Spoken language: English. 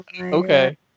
okay